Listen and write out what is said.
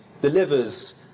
delivers